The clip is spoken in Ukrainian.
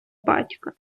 батька